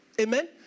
amen